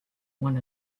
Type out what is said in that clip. one